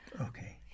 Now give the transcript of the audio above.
Okay